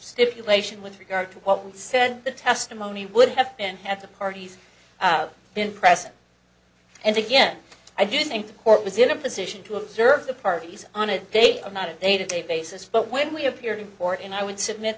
stipulation with regard to what we said the testimony would have been at the parties have been present and again i do think the court was in a position to observe the parties on a date and not a day to day basis but when we appear in court and i would submit